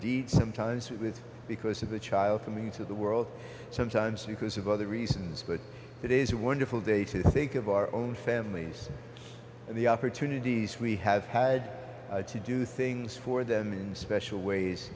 deeds sometimes with because of a child coming into the world sometimes because of other reasons but it is a wonderful day to think of our own families and the opportunities we have had to do things for them in special ways